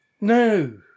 No